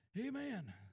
amen